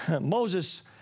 Moses